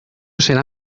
será